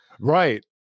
Right